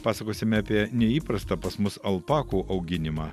pasakosime apie neįprastą pas mus alpakų auginimą